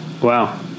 Wow